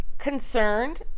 Concerned